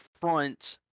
front